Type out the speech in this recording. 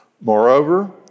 Moreover